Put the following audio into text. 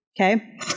Okay